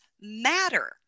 matter